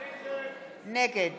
נגד